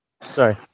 Sorry